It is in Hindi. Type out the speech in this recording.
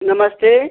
नमस्ते